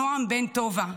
נועם בן טובה,